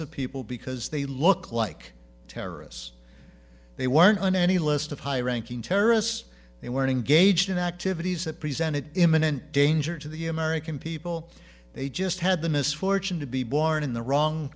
of people because they look like terrorists they weren't on any list of high ranking terrorists they weren't engaged in activities that present an imminent danger to the american people they just had the misfortune to be born in the wrong